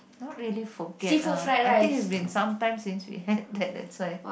not really forget lah I think it been some times since we had that that's why